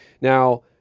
Now